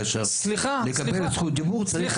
כאשר לקבל זכות דיבור צריך לצעוק.